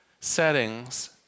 settings